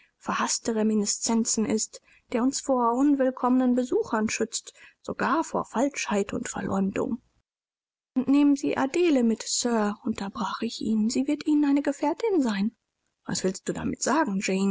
verhaßte reminiscenzen ist der uns vor unwillkommenen besuchern schützt sogar vor falschheit und verleumdung und nehmen sie adele mit sir unterbrach ich ihn sie wird ihnen eine gefährtin sein was willst du damit sagen